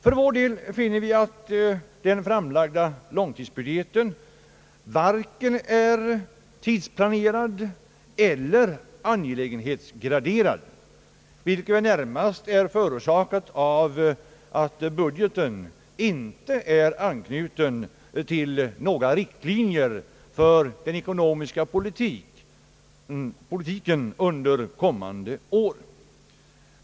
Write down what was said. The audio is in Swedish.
För vår del finner vi att den framlagda långtidsbudgeten varken är tidsplanerad eller angelägenhetsgraderad, vilket väl närmast är förorsakat av att budgeten inte är anknuten till några riktlinjer för den ekonomiska politiken under kommande år.